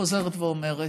חוזרת ואומרת: